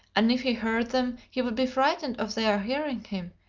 and if he heard them he would be frightened of their hearing him.